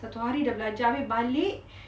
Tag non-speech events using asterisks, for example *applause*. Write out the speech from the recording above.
satu hari dah belajar abeh balik *breath*